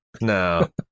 No